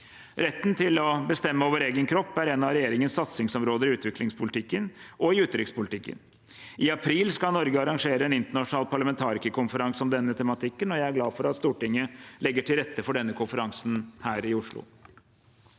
Retten til å bestemme over egen kropp er en av regjeringens satsingsområder i utviklingspolitikken og utenrikspolitikken. I april skal Norge arrangere en internasjonal parlamentarikerkonferanse om denne tematikken, og jeg er glad for at Stortinget legger til rette for denne konferansen her i Oslo.